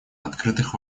открытых